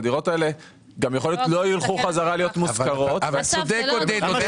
שאולי גם לא יחזרו להיות מושכרות --- עודד אמר